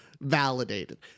Validated